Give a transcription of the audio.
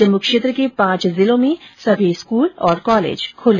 जम्मू क्षेत्र के पांच जिलों में सभी स्कूल और कॉलेज खुले